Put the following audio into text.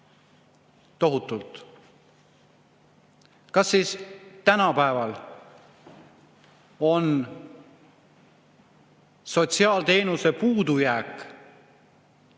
tohutult. Kas siis tänapäeval on sotsiaalteenuse puudujääk